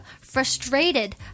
frustrated